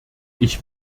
ich